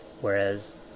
whereas